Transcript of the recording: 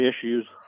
issues